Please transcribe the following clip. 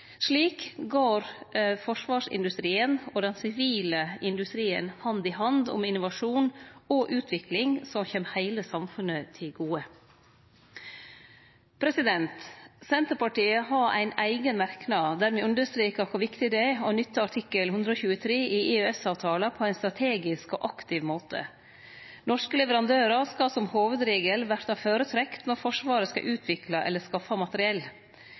Slik går forsvarsindustrien og den sivile industrien hand i hand om innovasjon og utvikling som kjem heile samfunnet til gode. Senterpartiet har ein eigen merknad der me understrekar kor viktig det er å nytte artikkel 123 i EØS-avtalen på ein strategisk og aktiv måte. Norske leverandørar skal som hovudregel verte føretrekte når Forsvaret skal utvikle eller skaffe materiell.